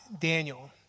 Daniel